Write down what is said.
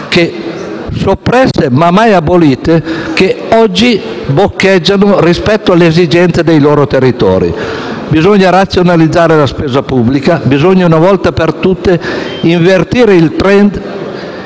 soppresse, ma mai abolite), che oggi gli stessi boccheggiano rispetto alle esigenze dei loro territori. Bisogna razionalizzare la spesa pubblica; bisogna, una volta per tutte, invertire il *trend*